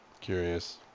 Curious